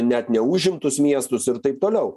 net neužimtus miestus ir taip toliau